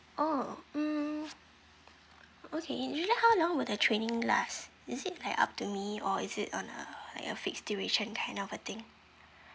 oh hmm okay usually how long will the training last is it like up to me or is it on uh like a fixed duration kind of a thing